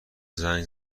زنگ